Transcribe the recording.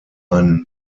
einen